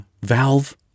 valve